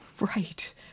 Right